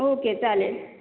okay चालेल